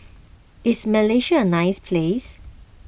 is Malaysia a nice place